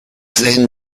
then